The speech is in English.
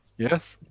yes?